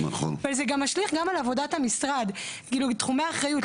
וזה משליך גם על עבודת המשרד בתחומי האחריות.